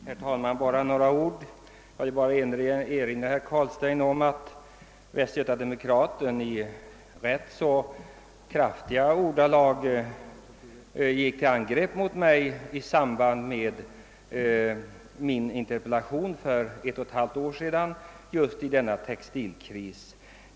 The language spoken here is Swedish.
Herr talman! Bara några ord! Jag vill erinra herr Carlstein om att Västgöta-Demokraten i ganska kraftiga ordalag gick till angrepp mot mig i samband med interpellationer som jag framställt.